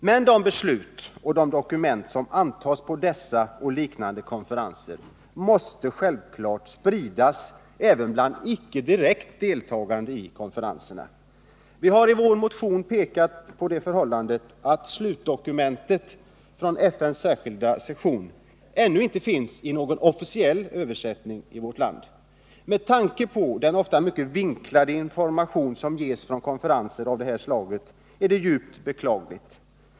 Men de beslut som fattas och de dokument som antas på dessa och liknande konferenser måste självfallet spridas även bland icke direkt deltagande i konferenserna. Vi har i vår motion pekat på det förhållandet att slutdokumentet från FN:s särskilda session ännu inte finns i någon officiell översättning i vårt land. Med tanke på den ofta mycket vinklade information som ges från konferenser av det här slaget är det djupt beklagligt.